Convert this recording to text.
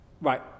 Right